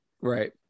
right